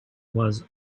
was